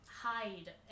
hide